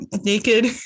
naked